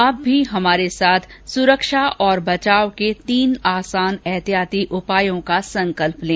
आप भी हमारे साथ सुरक्षा और बचाव के तीन आसान एहतियाती उपायों का संकल्प लें